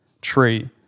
tree